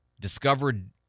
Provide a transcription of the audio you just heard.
discovered